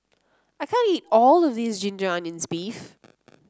I can't eat all of this Ginger Onions beef